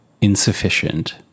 insufficient